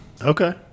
Okay